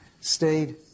stayed